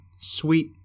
sweet